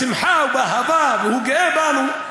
בשמחה ובאהבה, והוא גאה בנו,